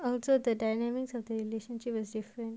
although the dynamics of the relationship is different